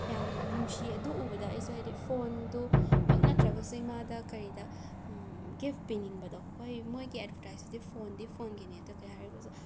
ꯌꯥꯝꯅ ꯅꯨꯡꯁꯤ ꯑꯗꯨ ꯎꯕꯗ ꯑꯩꯁꯨ ꯍꯥꯏꯗꯤ ꯐꯣꯟꯗꯨꯃꯛ ꯅꯠꯇ꯭ꯔꯒꯁꯨ ꯏꯃꯥꯗ ꯀꯔꯤꯗ ꯒꯤꯐ ꯄꯤꯅꯤꯡꯕꯗꯣ ꯍꯣꯏ ꯃꯣꯏꯒꯤ ꯑꯦꯗꯕꯔꯇꯥꯏꯁꯇꯨꯗꯤ ꯐꯣꯟꯗꯤ ꯐꯣꯟꯒꯤꯅꯤ ꯑꯗꯣ ꯀꯩ ꯍꯥꯏꯔꯒꯁꯨ